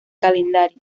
calendario